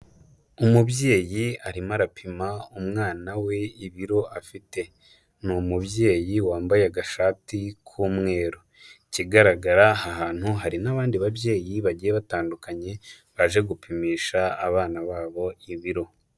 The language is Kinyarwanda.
Umubyeyi arimo arapima umwana we ibiro afite. Ni umubyeyi wambaye agashati k'umweru. Ikigaragara aha hantu hari n'abandi babyeyi bagiye batandukanye baje gupimisha abana babo ibiro.